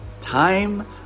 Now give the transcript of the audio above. time